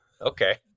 Okay